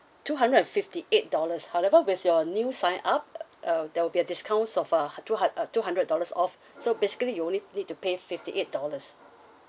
two hundred and fifty eight dollars however with your new sign up uh there will be a discounts of uh hundr~ two hundred uh two hundred dollars off so basically you only need to pay fifty eight dollars